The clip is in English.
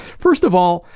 first of all,